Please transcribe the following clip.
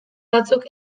batzuk